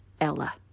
Ella